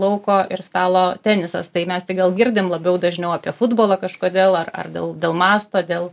lauko ir stalo tenisas tai mes tai gal girdim labiau dažniau apie futbolą kažkodėl ar ar dėl dėl masto dėl